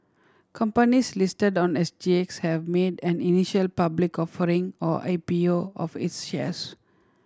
companies listed on S G X have made an initial public offering or I P U of its shares